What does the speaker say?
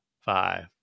five